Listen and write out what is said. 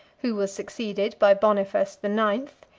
who was succeeded by boniface the ninth,